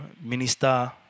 minister